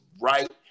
right